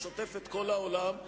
ששוטף את כל העולם,